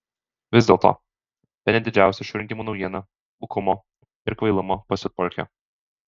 vis dėlto bene didžiausia šių rinkimų naujiena bukumo ir kvailumo pasiutpolkė